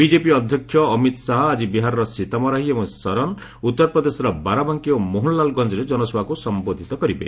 BJP ଅଧ୍ୟକ୍ଷ ଅମିତ୍ ଶାହା ଆଜି ବିହାରର ସୀତାମାରହି ଏବଂ ସରନ୍ ଉତ୍ତର ପ୍ରଦେଶର ବାରାବାଙ୍କି ଏବଂ ମୋହନଲାଲ୍ଗଞ୍ଜରେ କନସଭାକ୍ର ସମ୍ବୋଧୃତ କରିବେ